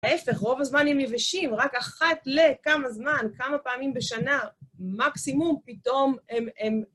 ההפך, רוב הזמן הם יבשים, רק אחת לכמה זמן, כמה פעמים בשנה מקסימום, פתאום הם...